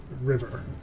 river